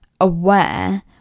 aware